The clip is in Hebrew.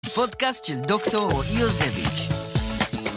פודקאסט של דוקטור הוד יוזהביץ'.